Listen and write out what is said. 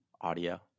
Audio